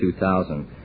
2000